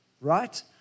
right